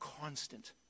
constant